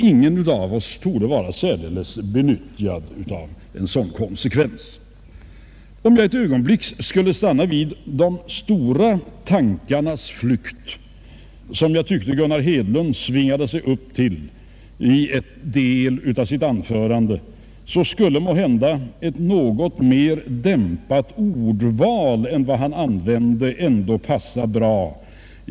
Ingen av oss torde vara särskilt betjänad av en sådan konsekvens. Om jag ett ögonblick skulle stanna vid de stora tankarnas flykt, som jag tyckte att Gunnar Hedlund svingade sig upp till i en del av sitt anförande, skulle måhända ett något mera dämpat ordval än vad han använde ändå passa bra.